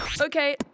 Okay